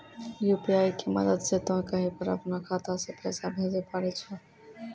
UPI के मदद से तोय कहीं पर अपनो खाता से पैसे भेजै पारै छौ